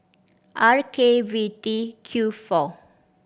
R K V T Q four